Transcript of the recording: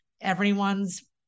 everyone's